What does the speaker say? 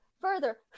further